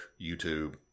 YouTube